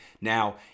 now